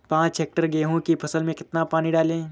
पाँच हेक्टेयर गेहूँ की फसल में कितना पानी डालें?